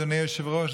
אדוני היושב-ראש,